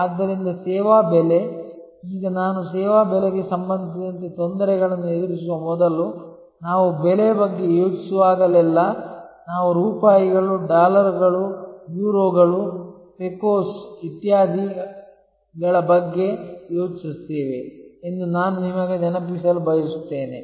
ಆದ್ದರಿಂದ ಸೇವಾ ಬೆಲೆ ಈಗ ನಾನು ಸೇವಾ ಬೆಲೆಗೆ ಸಂಬಂಧಿಸಿದಂತೆ ತೊಂದರೆಗಳನ್ನು ಎದುರಿಸುವ ಮೊದಲು ನಾವು ಬೆಲೆಯ ಬಗ್ಗೆ ಯೋಚಿಸುವಾಗಲೆಲ್ಲಾ ನಾವು ರೂಪಾಯಿಗಳು ಡಾಲರ್ಗಳು ಯುರೋಗಳು ಪೆಕೋಸ್ ಇತ್ಯಾದಿಗಳ ಬಗ್ಗೆ ಯೋಚಿಸುತ್ತೇವೆ ಎಂದು ನಾನು ನಿಮಗೆ ನೆನಪಿಸಲು ಬಯಸುತ್ತೇನೆ